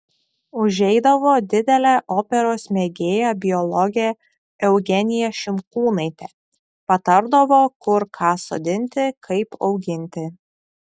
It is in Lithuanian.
užeidavo didelė operos mėgėja biologė eugenija šimkūnaitė patardavo kur ką sodinti kaip auginti